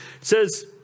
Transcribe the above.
says